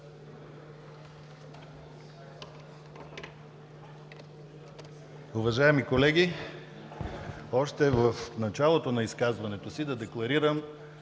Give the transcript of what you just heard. Уважаеми колеги, още в началото на изказването си ще декларирам,